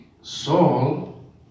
Saul